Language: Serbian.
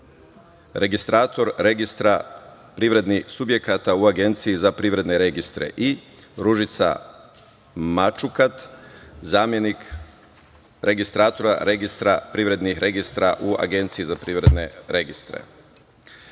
registrator Registra privrednih subjekata u Agenciji za privredne registre i Ružica Mačukat, zamenik registratora Registra privrednih subjekata u Agenciji za privredne registre. Saglasno